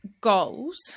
Goals